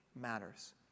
matters